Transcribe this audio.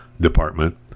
department